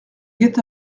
guet